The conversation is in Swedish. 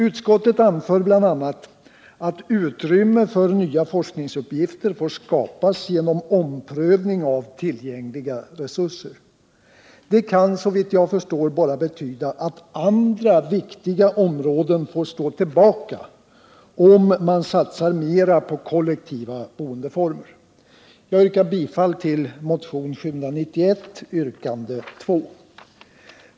Utskottet anför bl.a. att utrymme för nya forskningsuppgifter får skapas genom omprövning av tillgängliga resurser. Det kan såvitt jag förstår bara betyda att andra viktiga områden får stå tillbaka om man satsar mera på kollektiva boendeformer. Jag yrkar bifall till motionen 791, yrkande 2.